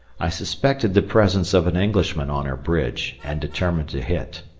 i suspected the presence of an englishman on her bridge, and determined to hit.